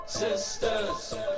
sisters